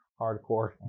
hardcore